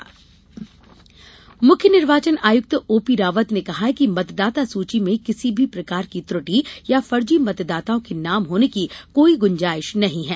रावत मतदाता सूची मुख्य निर्वाचन आयुक्त ओ पी रावत ने कहा है कि मतदाता सूची में किसी प्रकार की त्रटि या फर्जी मतदाताओं के नाम होने की कोई गुजाइश नहीं है